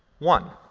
one,